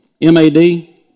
M-A-D